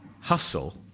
hustle